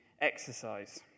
exercise